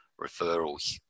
referrals